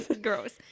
Gross